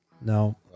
no